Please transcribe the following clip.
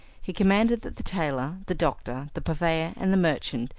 he commanded that the tailor, the doctor, the purveyor and the merchant,